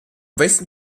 westen